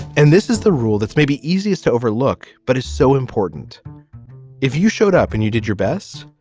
and this is the rule that's maybe easiest to overlook but it's so important if you showed up and you did your best.